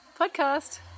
podcast